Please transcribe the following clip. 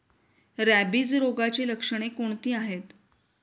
Rabies रोगाची लक्षणे कोणती आहेत?